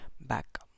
back